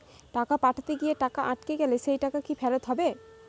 টাকা পাঠাতে গিয়ে টাকা আটকে গেলে সেই টাকা কি ফেরত হবে?